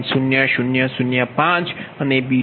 એ જ રીતે d20